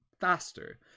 faster